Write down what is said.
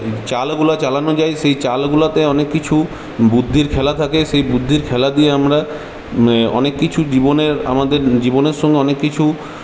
চালগুলো চালানো যায় সেই চালগুলোতে অনেককিছু বুদ্ধির খেলা থাকে সেই বুদ্ধির খেলা দিয়ে আমরা অনেক কিছু জীবনের আমাদের জীবনের সঙ্গে অনেক কিছু